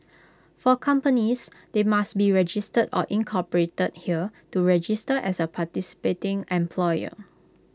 for companies they must be registered or incorporated here to register as A participating employer